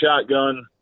shotgun